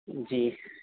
جی